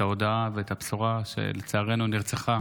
את ההודעה ואת הבשורה שלצערנו היא נרצחה